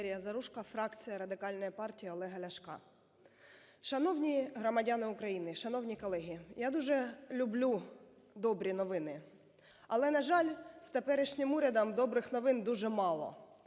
ВалеріяЗаружко, фракція Радикальної партії Олега Ляшка. Шановні громадяни України! шановні колеги! Я дуже люблю добрі новини, але, на жаль, з теперішнім урядом добрих новин дуже мало.